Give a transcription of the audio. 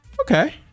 Okay